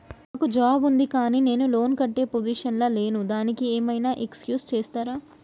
నాకు జాబ్ ఉంది కానీ నేను లోన్ కట్టే పొజిషన్ లా లేను దానికి ఏం ఐనా ఎక్స్క్యూజ్ చేస్తరా?